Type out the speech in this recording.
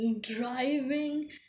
driving